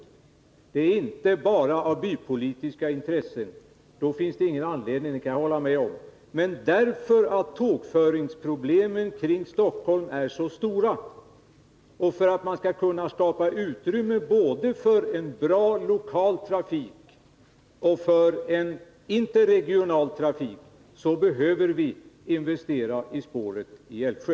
Om det bara var av bypolitiska intressen som vi önskade denna investering, fanns det ingen anledning att göra den — det kan jag hålla med om. Men det är just därför att tågföringsproblemen kring Stockholm är så stora och för att man skall kunna skapa utrymme både för en bra lokal trafik och för en interregional trafik som vi behöver investera i spåret i Älvsjö.